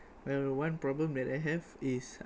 uh one problem that I have is